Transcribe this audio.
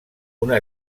una